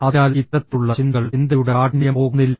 അതിനാൽ ഇത്തരത്തിലുള്ള ചിന്തകൾ ചിന്തയുടെ കാഠിന്യം പോകുന്നില്ല